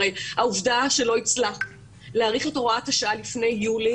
הרי העובדה שלא הצלחנו להאריך את הוראת השעה לפני יולי